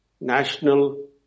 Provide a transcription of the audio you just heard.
national